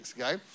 okay